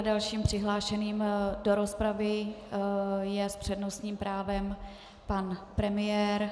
Dalším přihlášeným do rozpravy je s přednostním právem pan premiér.